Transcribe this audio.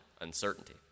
uncertainty